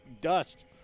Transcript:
dust